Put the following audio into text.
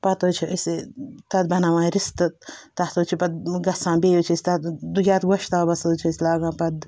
پَتہٕ حظ چھِ أسۍ تَتھ بَناوان رِستہٕ تَتھ حظ چھِ پَتہٕ گژھان بیٚیہِ حظ چھِ أسۍ تَتھ یَتھ گۄشتابَس حظ چھِ أسۍ لاگان پَتہٕ